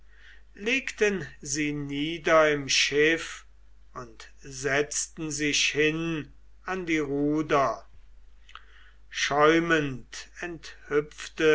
legten sie nieder im schiff und setzten sich hin an die ruder